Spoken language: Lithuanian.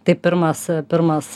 tai pirmas pirmas